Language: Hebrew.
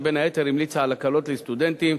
שבין היתר המליצה על הקלות לסטודנטים,